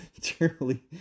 truly